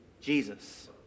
Jesus